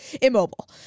immobile